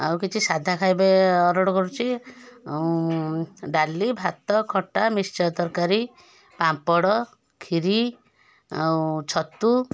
ଆଉ କିଛି ସାଧା ଖାଇବେ ଅର୍ଡ଼ର୍ କରୁଛି ଆଉ ଡାଲି ଭାତ ଖଟା ମିକ୍ସଚର ତରକାରୀ ପାମ୍ପଡ଼ କ୍ଷିରୀ ଆଉ ଛତୁ